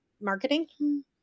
marketing